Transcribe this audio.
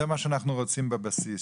זה מה שאנחנו רוצים בבסיס,